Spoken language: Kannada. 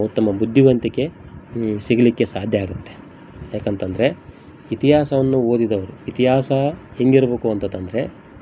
ಉತ್ತಮ ಬುದ್ಧಿವಂತಿಕೆ ಸಿಗಲಿಕ್ಕೆ ಸಾಧ್ಯ ಆಗುತ್ತೆ ಏಕಂತಂದ್ರೆ ಇತಿಹಾಸವನ್ನು ಓದಿದವರು ಇತಿಹಾಸ ಹೆಂಗಿರ್ಬೇಕು ಅಂತದಂದ್ರೆ